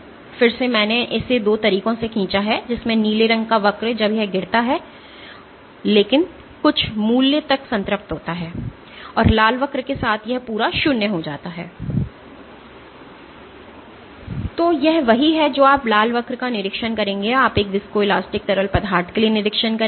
तो फिर से मैंने इसे 2 तरीकों से खींचा है जिसमें नीले रंग का वक्र जब यह गिरता है लेकिन यह कुछ मूल्य तक संतृप्त होता है और लाल वक्र के साथ यह पूरा 0 हो जाता है तो यह वही है जो आप लाल वक्र का निरीक्षण करेंगे आप एक viscoelastic तरल पदार्थ के लिए निरीक्षण करेंगे